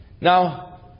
Now